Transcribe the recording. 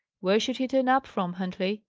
where should he turn up from, huntley?